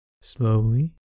slowly